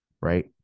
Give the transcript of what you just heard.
right